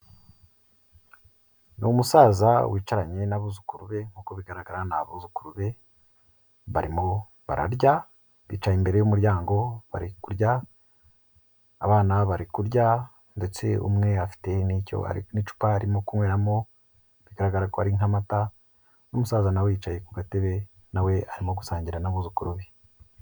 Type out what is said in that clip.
Ni umusaza wicaranye n'abuzukuru be nkuko bigaragara ni abuzukuru be, barimo bararya, bicaye imbere y'umuryango bari kurya, abana bari kurya ndetse umwe afite n'icyo n'icupa arimo kunyweramo, bigaragara ko ari nk'amata, n'umusaza nawe yicaye ku gatebe nawe arimo gusangira n'abuzukuru be.